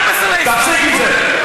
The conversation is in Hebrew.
אני לא אהסס להוציא אותך מייד.